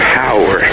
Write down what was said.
power